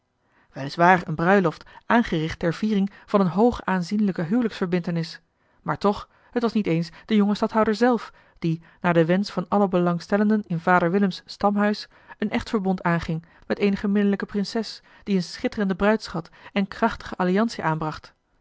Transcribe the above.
waar eene bruiloft aangericht ter viering van eene hoog aanzienlijke huwelijksverbintenis maar toch het was niet eens de jonge stadhouder zelf die naar den wensch van alle belangstellenden in vader willems stamhuis een echtverbond aanging met eenige minnelijke prinses die een schitterenden bruidschat en krachtige alliantie aanbracht